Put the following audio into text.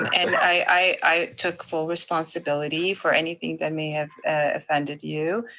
and i took full responsibility for anything that may have offended you.